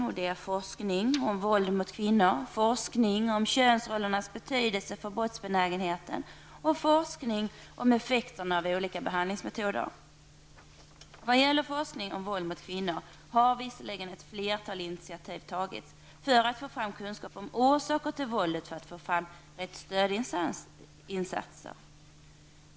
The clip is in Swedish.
Det gäller forskning om våld mot kvinnor, forskning om könsrollernas betydelse för brottsbenägenheten och forskning om effekten av olika behandlingsmetoder. När det gäller forskning om våld mot kvinnor har visserligen ett flertal initiativ tagits för att få fram kunskap om orsaker till våldet för att få fram rätt stödinsatser.